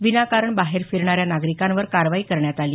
विनाकारण बाहेर फिरणाऱ्या नागरिकांवर कारवाई करण्यात आली